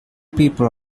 people